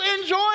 enjoy